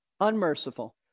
unmerciful